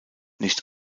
nicht